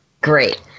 Great